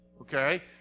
Okay